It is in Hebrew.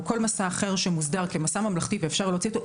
כל מסע אחר שמוסדר כמסע ממלכתי ואפשר להוציא אותו,